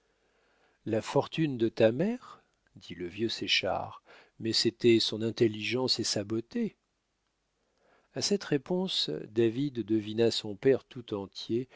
la fortune de ta mère dit le vieux séchard mais c'était son intelligence et sa beauté a cette réponse david devina son père tout entier